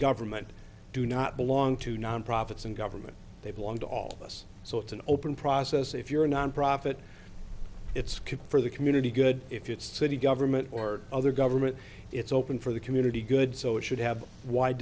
government do not belong to non profits and government they belong to all of us so it's an open process if you're a nonprofit it's cooked for the community good if it's city government or other government it's open for the community good so it should have w